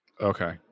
okay